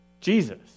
Jesus